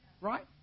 right